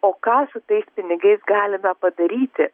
o ką su tais pinigais galime padaryti